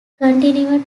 continued